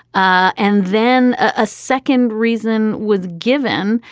ah and then a second reason was given.